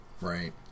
Right